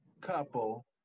couple